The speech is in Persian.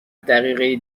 دقیقه